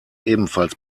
ebenfalls